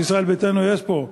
לישראל ביתנו יש פה,